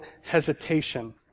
hesitation